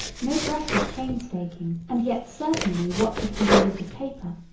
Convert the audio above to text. no breath is painstaking and yet certainly what could be the use of paper,